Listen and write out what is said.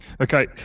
Okay